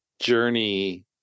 journey